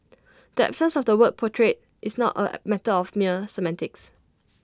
the absence of the word portrayed is not A matter of mere semantics